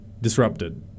disrupted